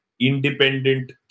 Independent